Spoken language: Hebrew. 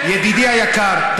ידידי היקר,